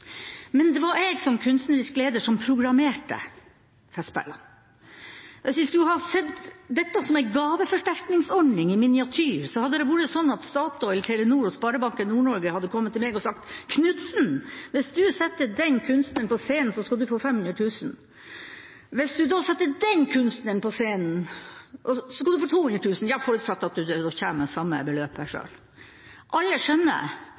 Men det var jeg som kunstnerisk leder som programmerte festspillene. Hvis vi skulle ha sett dette som en gaveforsterkningsordning i miniatyr, så hadde Statoil, Telenor og Sparebanken Nord-Norge kommet til meg og sagt: «Knutsen, hvis du setter den kunstneren på scenen, så skal du få 500 000 kr. Hvis du da setter den kunstneren på scenen, så skal du få 200 000 kr forutsatt at du kommer med samme beløpet selv». Alle skjønner at det hadde båret galt av sted. Det var jeg